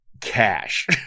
cash